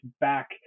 back